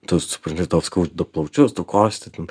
tu supranti tau skauda plaučius tu kosti ten